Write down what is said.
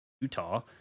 Utah